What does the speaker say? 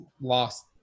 lost